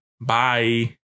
Bye